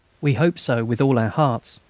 we hoped so with all our hearts,